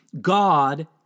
God